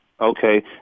Okay